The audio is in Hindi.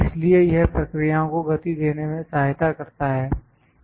इसलिए यह प्रक्रियाओं को गति देने में सहायता करता है